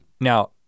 Now